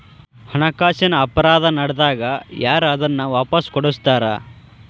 ಹಣಕಾಸಿನ್ ಅಪರಾಧಾ ನಡ್ದಾಗ ಯಾರ್ ಅದನ್ನ ವಾಪಸ್ ಕೊಡಸ್ತಾರ?